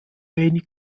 wenig